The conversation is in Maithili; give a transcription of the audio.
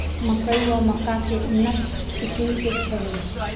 मकई वा मक्का केँ उन्नत किसिम केँ छैय?